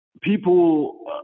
people